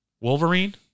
Wolverine